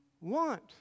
want